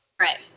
right